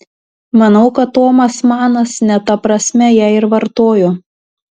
manau kad tomas manas ne ta prasme ją ir vartojo